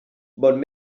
bon